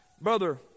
Brother